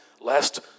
lest